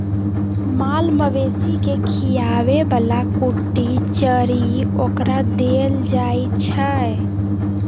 माल मवेशी के खीयाबे बला कुट्टी चरी ओकरा देल जाइ छै